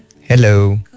Hello